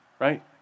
Right